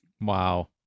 wow